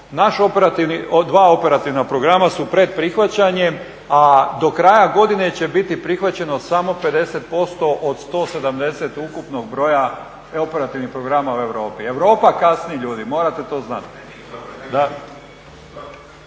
naša dva operativna programa su pred prihvaćanjem, a do kraja godine će biti prihvaćeno samo 50% od 170 ukupnog broja operativnih programa u Europi. Europa kasni ljudi, morate to znati.